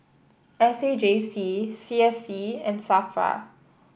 S A J C C S C and Safra